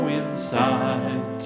inside